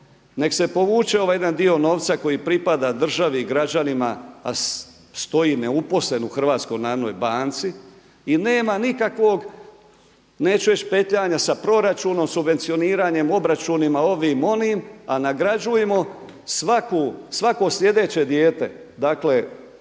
nek se povuče ovaj jedan dio novca koji pripada državi i građanima a stoji neuposlen u HNB-u i nema nikakvog neću reći petljanja sa proračunom, subvencioniranjem, obračunima, ovim onim a nagrađujmo svako slijedeće dijete. Dakle